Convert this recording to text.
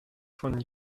von